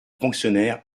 fonctionnaire